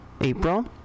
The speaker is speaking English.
April